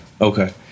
okay